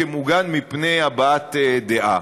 כמוגן מפני הבעת דעה.